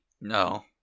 No